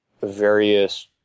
various